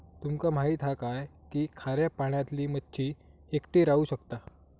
तुमका माहित हा काय की खाऱ्या पाण्यातली मच्छी एकटी राहू शकता